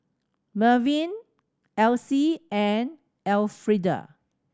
Mervyn Alcie and Alfreda